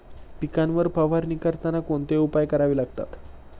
पिकांवर फवारणी करताना कोणते उपाय करावे लागतात?